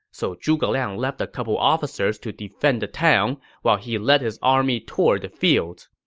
so zhuge liang left a couple officers to defend the town while he led his army toward the fields.